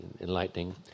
enlightening